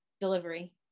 delivery